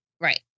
Right